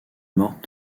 mortes